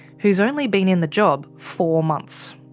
who's only been in the job four months.